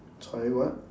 sorry what